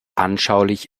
anschaulich